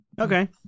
Okay